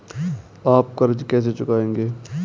आप कर्ज कैसे चुकाएंगे?